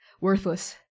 worthless